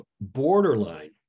borderline